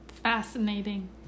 fascinating